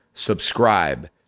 subscribe